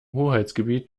hoheitsgebiet